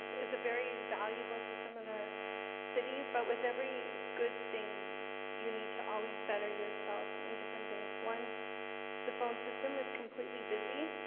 is a very valuable system in our city, but with every good thing you need to always better yourself in different things. one the phone system is completely busy,